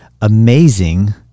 amazing